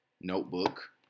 notebook